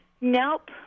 nope